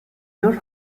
your